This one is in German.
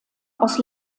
aus